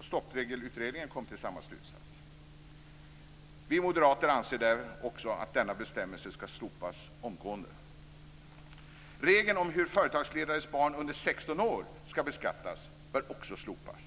Stoppregelutredningen kom till samma slutsats. Vi moderater anser också att denna bestämmelse ska slopas omgående. Regeln om hur företagsledares barn under 16 år ska beskattas bör också slopas.